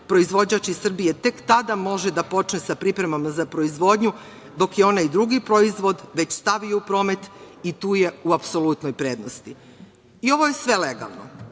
proizvođač iz Srbije tek tada može da počne sa pripremama za proizvodnju, dok je onaj drugi proizvod već stavio u promet i tu je u apsolutnoj prednosti. Ovo je sve legalno,